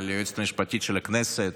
על היועצת המשפטית של הכנסת,